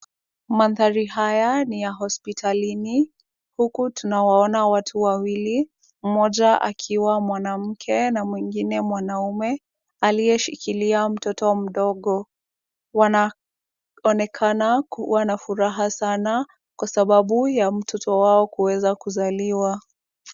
Mandhari haya ni ya hospitalini, huku tunawaona watu wawili, mmoja akiwa mwanamke na mwingine mwanaume aliyeshikilia mtoto mdogo. Wanaonekana kuwa na furaha sana, kwasababu ya mtoto wao kuweza kuzaliwa.